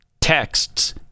texts